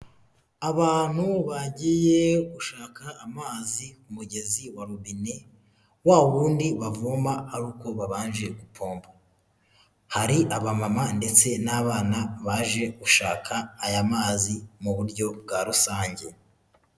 Abantu bagiye gushaka amazi ku mugezi wa rubine wa wundi bavoma ari uko babanje gupompa, hari abamama ndetse n'abana baje gushaka aya mazi mu buryo bwa rusange.